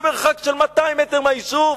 במרחק של 200 מטר מהיישוב,